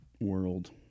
world